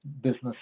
business